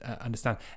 understand